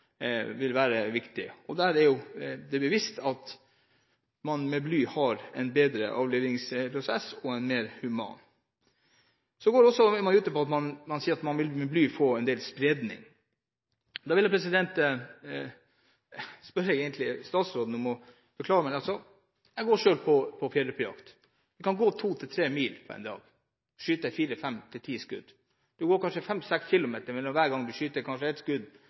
vil være viktig. Det er bevist at med blyhagl får man en bedre og en mer human avlivingsprosess. Så sier man at med bly vil man få en del spredning. Da vil jeg si til statsråden: Beklager, men jeg går selv på fjellrypejakt. Jeg kan gå 2–3 mil på en dag og skyte fire til ti skudd. Man går kanskje 5–6 kilometer for hver gang man skyter et skudd